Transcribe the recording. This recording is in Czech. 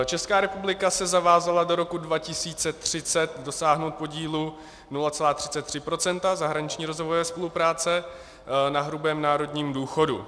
Česká republika se zavázala do roku 2030 dosáhnout podílu 0,33 % zahraniční rozvojové spolupráce na hrubém národním důchodu.